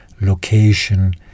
location